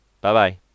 Bye-bye